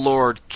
Lord